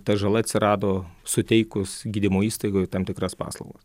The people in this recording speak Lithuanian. ta žala atsirado suteikus gydymo įstaigoj tam tikras paslaugas